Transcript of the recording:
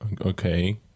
okay